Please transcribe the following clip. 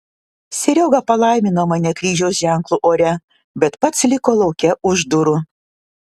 serioga palaimino mane kryžiaus ženklu ore bet pats liko lauke už durų